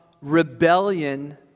rebellion